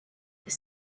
they